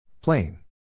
Plain